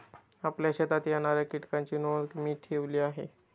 आपल्या शेतात येणाऱ्या कीटकांची नोंद मी ठेवली आहे